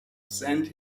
sand